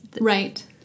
right